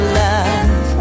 love